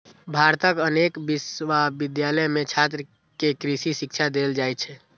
भारतक अनेक विश्वविद्यालय मे छात्र कें कृषि शिक्षा देल जाइ छै